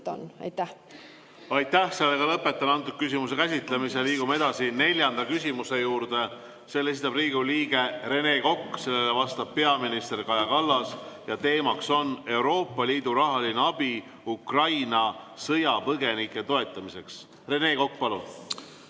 käsitlemise. Aitäh! Lõpetan selle küsimuse käsitlemise. Liigume edasi neljanda küsimuse juurde. Selle esitab Riigikogu liige Rene Kokk, sellele vastab peaminister Kaja Kallas ja teema on Euroopa Liidu rahaline abi Ukraina sõjapõgenike toetamiseks. Rene Kokk, palun!